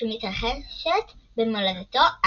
שמתרחשת במולדתו,